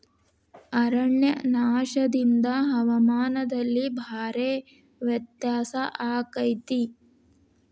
ಅರಣ್ಯನಾಶದಿಂದ ಹವಾಮಾನದಲ್ಲಿ ಭಾರೇ ವ್ಯತ್ಯಾಸ ಅಕೈತಿ